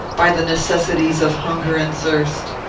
by the necessities of hunger and thirst?